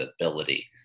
ability